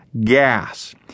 gas